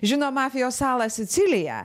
žino mafijos salą siciliją